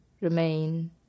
remain